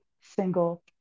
single